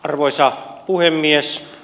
arvoisa puhemies